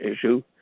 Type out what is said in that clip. issue